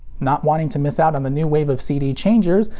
not wanting to miss out on the new wave of cd changers,